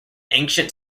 ancient